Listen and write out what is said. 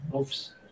oops